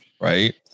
right